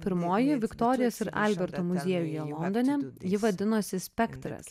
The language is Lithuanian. pirmoji viktorijos ir alberto muziejuje londone ji vadinosi spektras